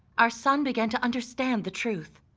our son began to understand the truth.